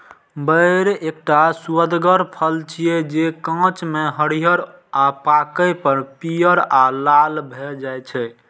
बेर एकटा सुअदगर फल छियै, जे कांच मे हरियर आ पाके पर पीयर आ लाल भए जाइ छै